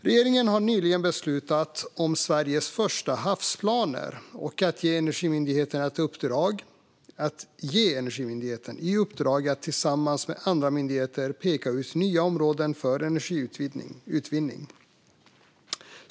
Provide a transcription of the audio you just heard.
Regeringen har nyligen beslutat om Sveriges första havsplaner och att ge Energimyndigheten i uppdrag att tillsammans med andra myndigheter peka ut nya områden för energiutvinning.